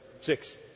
six